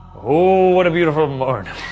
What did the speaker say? oh, what a beautiful morning.